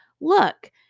Look